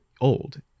old